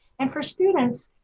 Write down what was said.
and for students,